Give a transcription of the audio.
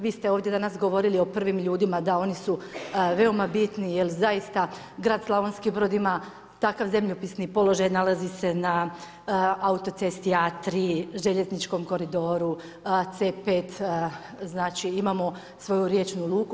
Vi ste ovdje danas govorili o prvim ljudima, da oni su veoma bitni jer zaista grad Slavonski Brod ima takav zemljopisni položaj nalazi se na autocesti A3, željezničkom koridoru C5, imamo svoju riječnu luku.